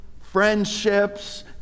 friendships